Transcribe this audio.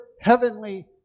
heavenly